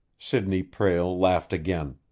sidney prale laughed again.